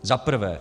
Za prvé.